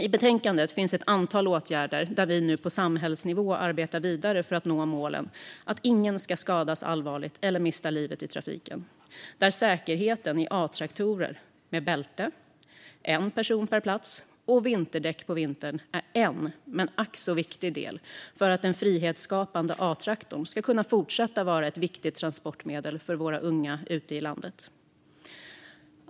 I betänkandet finns ett antal förslag till åtgärder där vi nu på samhällsnivå arbetar vidare för att nå målet att ingen ska skadas allvarligt eller mista livet i trafiken. Säkerheten i A-traktorer - bälte, en person per plats och vinterdäck på vintern - är en ack så viktig del för att den frihetsskapande A-traktorn ska kunna fortsätta vara ett viktigt transportmedel för våra unga ute i landet.